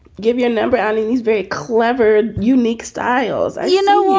give you a number and these very clever, unique styles and you know,